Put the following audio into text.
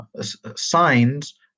signs